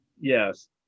yes